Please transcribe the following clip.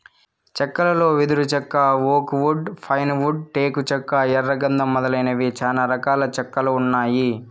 చెక్కలలో వెదురు చెక్క, ఓక్ వుడ్, పైన్ వుడ్, టేకు చెక్క, ఎర్ర గందం మొదలైనవి చానా రకాల చెక్కలు ఉన్నాయి